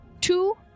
two